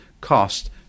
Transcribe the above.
cost